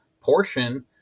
portion